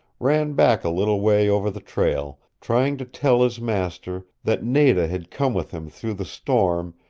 ran back a little way over the trail, trying to tell his master that nada had come with him through the storm,